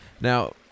Now